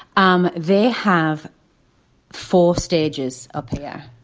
um they have four stages up there